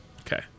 Okay